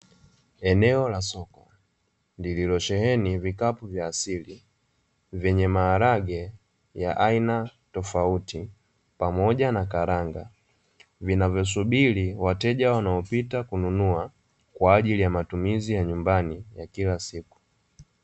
Eneo la soko lililosheheni vikapu vya asili vyenye maharage ya aina tofauti, pamoja na karanga vinavyosubiri wateja wanaopita kununua kwa ajili ya matumizi ya nyumbani ya kila siku.